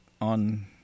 on-